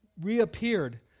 reappeared